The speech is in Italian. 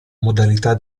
modalità